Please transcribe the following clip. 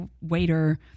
waiter